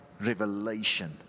revelation